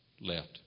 left